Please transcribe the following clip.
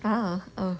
ah oh